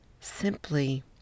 simply